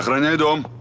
i don't